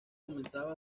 comenzaba